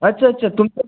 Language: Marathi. अच्छा अच्छा तुमचं